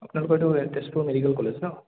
আপোনালোকৰ এইটো তেজপুৰৰ মেডিকেল কলেজ ন